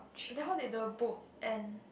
then how did the book and